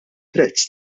prezz